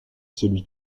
celui